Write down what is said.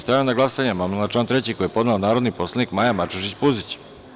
Stavljam na glasanje amandman na član 3. koji je podnela narodni poslanik Maja Mačužić Puzić.